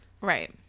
Right